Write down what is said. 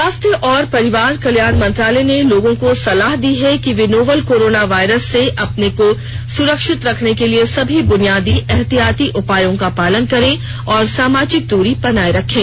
स्वास्थ्य और परिवार कल्याण मंत्रालय ने लोगों को सलाह दी है कि वे नोवल कोरोना वायरस से अपने को सुरक्षित रखने के लिए सभी बुनियादी एहतियाती उपायों का पालन करें और सामाजिक दूरी बनाए रखें